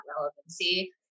relevancy